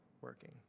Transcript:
working